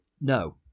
no